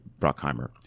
Bruckheimer